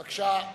בבקשה,